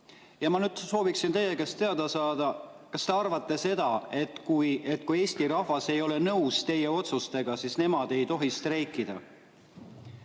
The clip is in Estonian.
saab? Ja nüüd ma sooviksin teie käest teada saada, kas te leiate, et kui Eesti rahvas ei ole nõus teie otsustega, siis nemad ei tohi streikida,